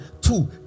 two